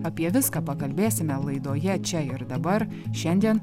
apie viską pakalbėsime laidoje čia ir dabar šiandien